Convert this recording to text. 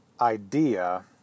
idea